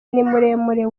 nimuremure